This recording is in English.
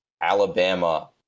alabama